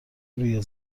روی